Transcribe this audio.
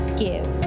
give